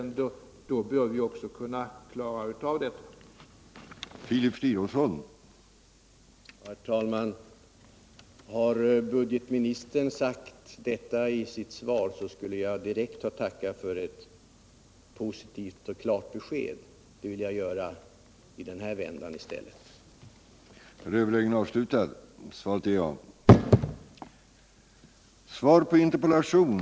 Hade budgetministern sagt detta i sitt svar, skulle jag direkt ha tackat för ett positivt och klart besked. Det vill jag göra i den här vändan i stället.